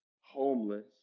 homeless